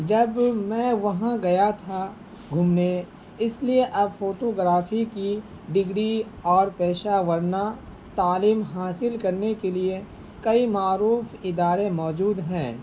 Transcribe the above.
جب میں وہاں گیا تھا گھومنے اس لیے اب فوٹوگرافی کی ڈگری اور پیشہ ورانہ تعلیم حاصل کرنے کے لیے کئی معروف ادارے موجود ہیں